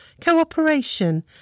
cooperation